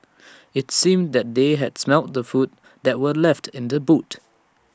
IT seemed that they had smelt the food that were left in the boot